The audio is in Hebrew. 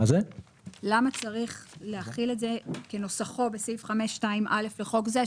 זה --- למה צריך להחיל א זה כנוסחו בסעיף 5(2)(א) לחוק זה,